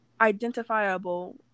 identifiable